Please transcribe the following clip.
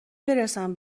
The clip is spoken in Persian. برسم